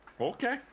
okay